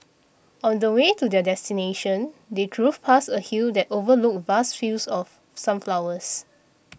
on the way to their destination they drove past a hill that overlooked vast fields of sunflowers